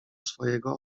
swojego